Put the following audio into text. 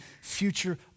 future